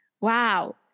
wow